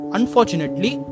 Unfortunately